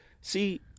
See